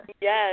Yes